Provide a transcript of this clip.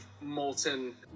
molten